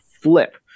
flip